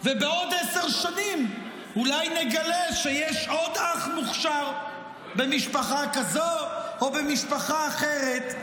ובעוד עשר שנים אולי נגלה שיש עוד אח מוכשר במשפחה כזו או במשפחה אחרת.